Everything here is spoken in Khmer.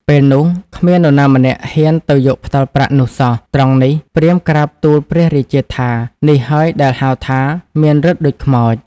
ពេលនោះ គ្មាននរណាម្នាក់ហ៊ានទៅយកផ្ដិលប្រាក់នោះសោះ ត្រង់នេះ ព្រាហ្មណ៍ ក្រាបទូលព្រះរាជាថា នេះហើយដែលហៅថា មានឫទ្ធិដូចខ្មោច។